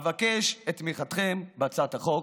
אבקש את תמיכתכם בהצעת החוק.